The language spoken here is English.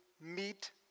meet